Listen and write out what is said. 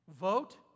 Vote